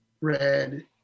red